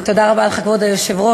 תודה רבה לך, כבוד היושב-ראש.